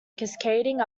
cascading